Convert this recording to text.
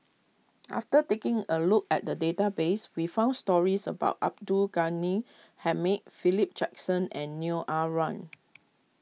after taking a look at the database we found stories about Abdul Ghani Hamid Philip Jackson and Neo Ah Luan